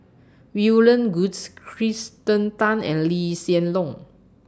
William Goodes Kirsten Tan and Lee Hsien Loong